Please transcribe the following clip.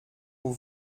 aux